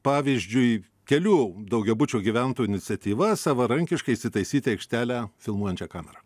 pavyzdžiui kelių daugiabučių gyventojų iniciatyva savarankiškai įsitaisyti aikštelę filmuojančią kamerą